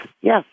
Yes